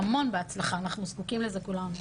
והמון בהצלחה, אנחנו זקוקים לזה כולנו.